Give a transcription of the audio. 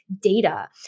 data